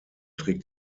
trägt